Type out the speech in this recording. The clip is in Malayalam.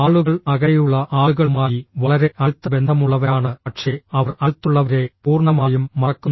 ആളുകൾ അകലെയുള്ള ആളുകളുമായി വളരെ അടുത്ത ബന്ധമുള്ളവരാണ് പക്ഷേ അവർ അടുത്തുള്ളവരെ പൂർണ്ണമായും മറക്കുന്നു